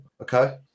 Okay